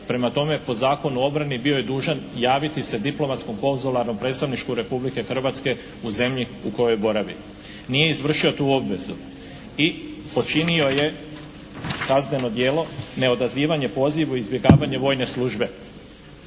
Prema tome, po Zakonu o obrani bio je dužan javiti se diplomatskom konzularnom predstavništvu Republike Hrvatske u zemlji u kojoj boravi. Nije izvršio tu obvezu. I počinio je kazneno djelo neodazivanje pozivu i izbjegavanje vojne službe.